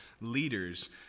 leaders